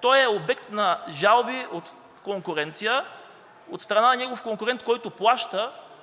Той е обект на жалби от конкуренция от страна на негов конкурент, който плаща